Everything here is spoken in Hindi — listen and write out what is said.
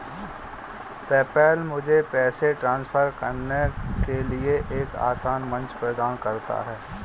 पेपैल मुझे पैसे ट्रांसफर करने के लिए एक आसान मंच प्रदान करता है